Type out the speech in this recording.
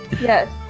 Yes